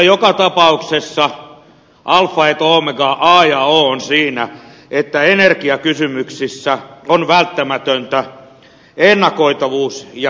joka tapauksessa alfa et omega a ja o on siinä että energiakysymyksissä on välttämätöntä ennakoitavuus ja pitkäjänteisyys